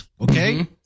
Okay